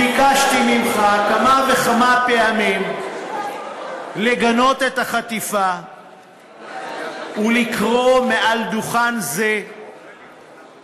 ביקשתי ממך כמה וכמה פעמים לגנות את החטיפה ולקרוא מעל דוכן זה קריאות